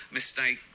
mistake